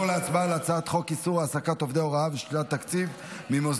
נעבור להצבעה על הצעת חוק איסור העסקת עובדי הוראה ושלילת תקציב ממוסדות